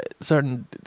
certain